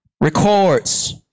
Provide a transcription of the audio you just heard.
records